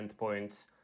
endpoints